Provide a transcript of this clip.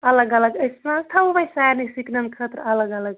الگ الگ أسۍ ما حظ تھَوو وَۄنۍ سارنٕے سِکنَن خٲطرٕ الگ الگ